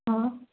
हा